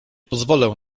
pozwolę